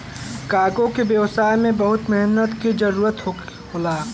cargo के व्यवसाय में बहुत मेहनत क जरुरत होला